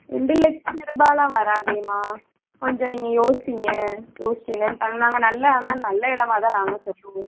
ரெண்டு லட்சம் ரூபாயலாம் வராதேம்மா கொஞ்சம் நீங்கள் யோசியுங்க யோசுச்சு என்னென்னு பாருங்கள் நாங்கள் நல்ல ஆனால் நல்ல இடமா தான் நாங்கள் சொல்லுவோம்